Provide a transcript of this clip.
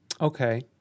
Okay